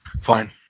Fine